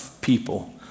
people